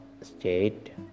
state